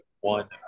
one